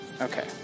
okay